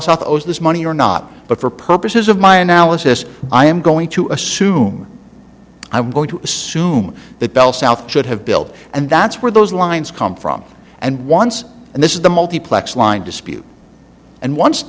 south owes this money or not but for purposes of my analysis i am going to assume i'm going to assume that bell south should have built and that's where those lines come from and once and this is the multiplex line dispute and once